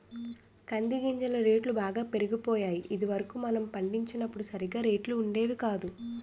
కంది గింజల రేట్లు బాగా పెరిగిపోయాయి ఇది వరకు మనం పండించినప్పుడు సరిగా రేట్లు ఉండేవి కాదు